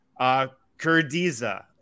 Kurdiza